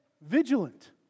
vigilant